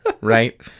right